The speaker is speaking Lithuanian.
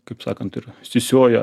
kaip sakant ir sisioja